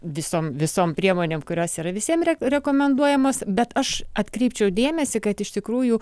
visom visom priemonėm kurios yra visiem yra rekomenduojamos bet aš atkreipčiau dėmesį kad iš tikrųjų